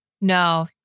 No